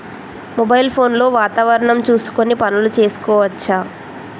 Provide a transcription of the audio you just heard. Mobile phone లో వాతావరణం చూసుకొని పనులు చేసుకోవచ్చా?